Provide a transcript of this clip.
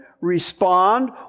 respond